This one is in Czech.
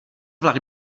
vlak